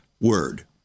word